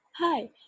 Hi